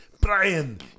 Brian